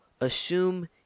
assume